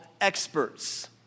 experts